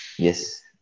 Yes